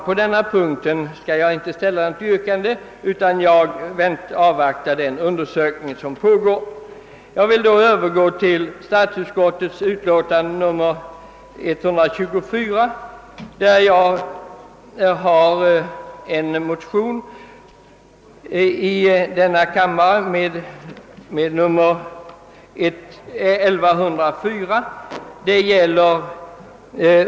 På denna punkt skall jag inte ställa något yrkande, utan jag avvaktar den undersökning som pågår. Jag skall övergå till statsutskottets utlåtande nr 124.